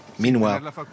Meanwhile